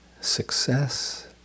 success